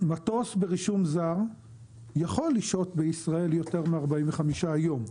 מטוס ברישום זר יכול להשהות בישראל יותר מ-45 יום,